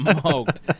smoked